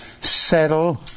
settle